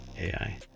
AI